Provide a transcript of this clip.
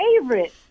favorite